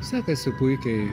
sekasi puikiai